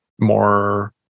more